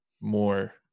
more